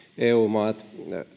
eu maat